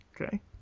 Okay